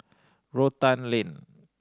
Rotan Lane